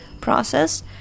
process